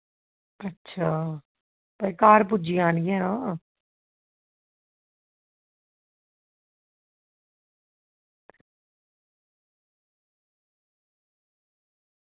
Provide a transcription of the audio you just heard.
अच्छा ते घर पुज्जी जानी ऐ